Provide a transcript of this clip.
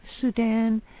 Sudan